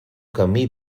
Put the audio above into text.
camí